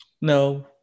No